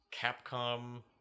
Capcom